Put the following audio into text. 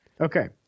Okay